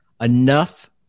enough